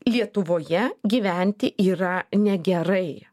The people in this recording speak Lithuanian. lietuvoje gyventi yra negerai